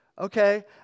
Okay